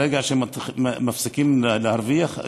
ברגע שמפסיקים להרוויח,